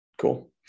Cool